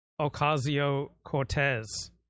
Ocasio-Cortez